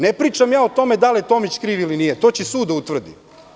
Ne pričam ja o tome da li je Tomić kriv ili nije, to će sud da utvrdi.